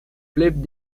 phillips